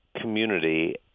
community